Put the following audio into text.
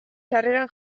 sarreran